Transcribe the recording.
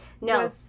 No